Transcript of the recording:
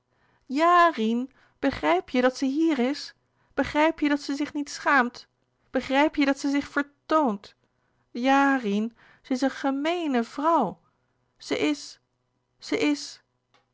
rien begrijp je dat ze hier is begrijp je dat ze zich niet schaamt begrijp je dat ze zich vertoont ja rien ze is een gemeene vrouw ze is ze is